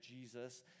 Jesus